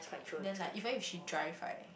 then like even if she drive right